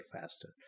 faster